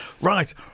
right